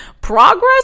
Progress